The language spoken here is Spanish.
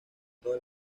todo